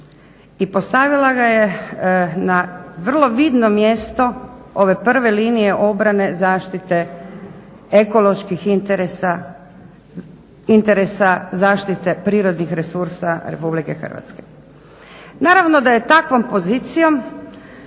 i postavila ga je na vrlo vidno mjesto ove prve linije obrane zaštite ekoloških interesa, interesa zaštite prirodnih resursa Republike Hrvatske. Naravno da je takvom pozicijom